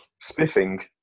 Spiffing